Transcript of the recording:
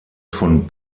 von